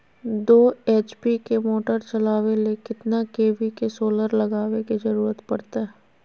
दो एच.पी के मोटर चलावे ले कितना के.वी के सोलर लगावे के जरूरत पड़ते?